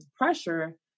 pressure